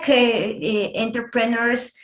entrepreneurs